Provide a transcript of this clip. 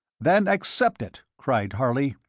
then accept it! cried harley.